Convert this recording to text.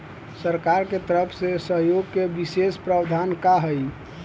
सरकार के तरफ से सहयोग के विशेष प्रावधान का हई?